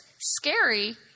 Scary